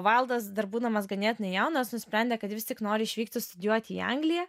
vaildas dar būdamas ganėtinai jaunas nusprendė kad vis tik nori išvykti studijuoti į angliją